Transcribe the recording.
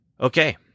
Okay